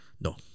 no